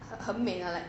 很美 lah like